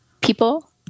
people